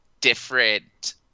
different